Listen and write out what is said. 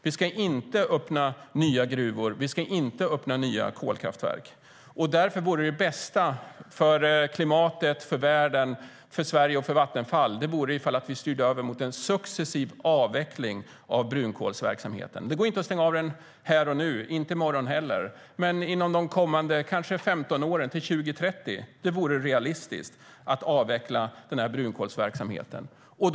Vi ska inte öppna nya gruvor. Vi ska inte öppna nya kolkraftverk. Därför vore det bästa för klimatet, världen, Sverige och Vattenfall att vi styrde över mot en successiv avveckling av brunkolsverksamheten. Det går inte att stänga den här och nu, inte i morgon heller, men kanske inom de kommande 15 åren, till år 2030. Det vore realistiskt att avveckla brunkolsverksamheten till dess.